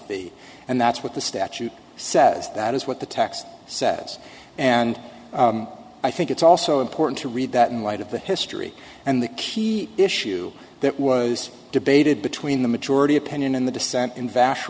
the and that's what the statute says that is what the text says and i think it's also important to read that in light of the history and the key issue that was debated between the majority opinion in the dissent in vash